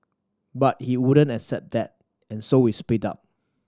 but he wouldn't accept that and so we split up